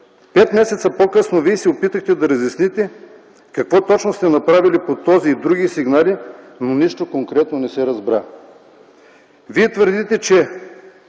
Пет месеца по-късно Вие се опитахте да разясните какво точно сте направили по този и други сигнали, но нищо конкретно не се разбра. Вие твърдите, че